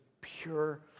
pure